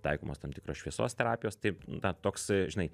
taikomos tam tikros šviesos terapijos taip na toks žinai